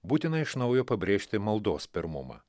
būtina iš naujo pabrėžti maldos pirmumą